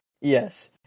Yes